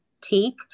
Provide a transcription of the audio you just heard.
take